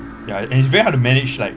ya and it's very hard to manage like